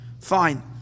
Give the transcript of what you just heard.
Fine